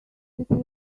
that